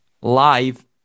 live